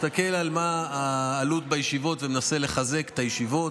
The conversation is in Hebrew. מסתכל על מה העלות בישיבות ומנסה לחזק את הישיבות.